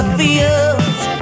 fields